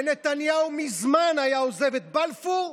ונתניהו מזמן היה עוזב את בלפור,